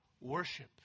worship